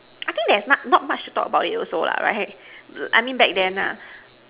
I think that's much not much to talk about it also right I mean back then lah